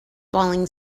falling